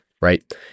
right